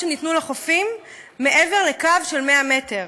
שניתנו לחופים מעבר לקו של 100 מטר,